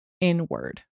inward